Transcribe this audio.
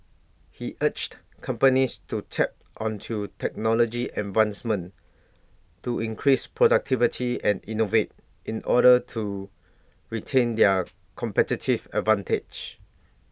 he urged companies to tap onto technology advancements to increase productivity and innovate in order to retain their competitive advantage